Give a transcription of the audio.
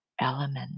element